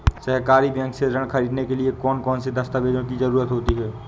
सहकारी बैंक से ऋण ख़रीदने के लिए कौन कौन से दस्तावेजों की ज़रुरत होती है?